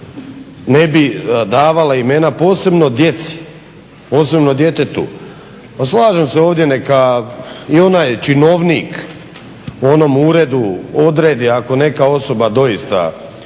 ne bi davala imena posebno djeci, posebno djetetu. Pa slažem se ovdje neka i onaj činovnik u onom uredu odredi ako neka osoba doista